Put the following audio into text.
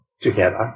together